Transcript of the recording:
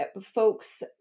folks